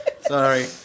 Sorry